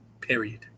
Period